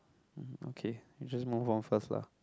mm okay we just move on first lah